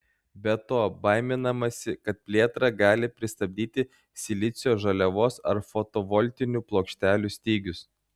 be to baiminamasi kad plėtrą gali pristabdyti silicio žaliavos ar fotovoltinių plokštelių stygius